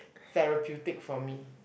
therapeutic for me